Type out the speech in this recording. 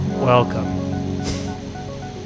Welcome